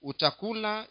Utakula